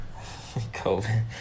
covid